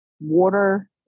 water